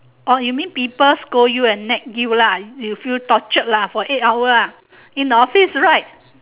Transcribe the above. or you mean people scold you and nag you lah you feel tortured lah for eight hour ah in the office right